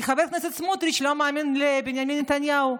כי חבר הכנסת סמוטריץ' לא מאמין לבנימין נתניהו.